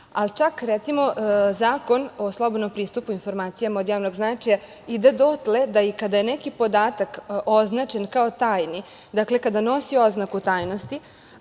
tumačiti. Čak, recimo, Zakon o slobodnom pristupu informacijama od javnog značaja ide dotle da i kada je neki podatak označen kao tajni, kada nosi oznaku tajnosti,